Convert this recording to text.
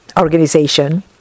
organization